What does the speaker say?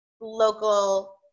local